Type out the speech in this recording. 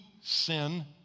sin